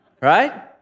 right